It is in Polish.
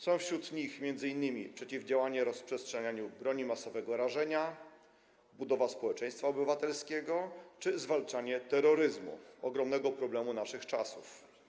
Są wśród nich m.in. przeciwdziałanie rozprzestrzenianiu broni masowego rażenia, budowa społeczeństwa obywatelskiego czy zwalczanie terroryzmu, ogromnego problemu naszych czasów.